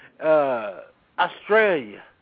Australia